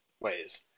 ways